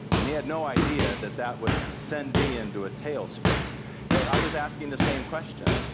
and he had no idea that that would send me into a tailspin, and i was asking the same question,